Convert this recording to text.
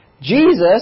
Jesus